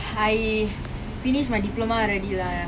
I finish my diploma already lah